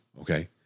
Okay